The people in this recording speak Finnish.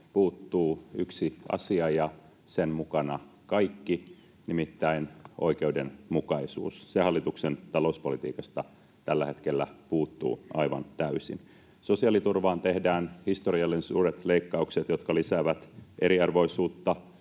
puuttuu yksi asia ja sen mukana kaikki, nimittäin oikeudenmukaisuus. Se hallituksen talouspolitiikasta tällä hetkellä puuttuu aivan täysin. Sosiaaliturvaan tehdään historiallisen suuret leikkaukset, jotka lisäävät eriarvoisuutta,